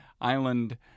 island